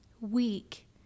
weak